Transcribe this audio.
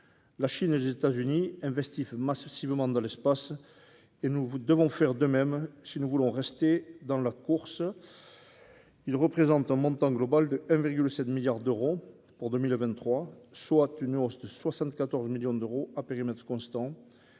La Chine et les États-Unis investissent massivement dans l'espace et nous devons faire de même si nous voulons rester dans la course. Le montant global de ces crédits serait de 1,7 milliard d'euros pour 2023, soit une hausse de 74 millions d'euros à périmètre constant.